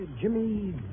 Jimmy